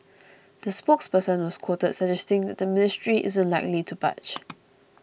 the spokesperson was quoted suggesting that the ministry isn't likely to budge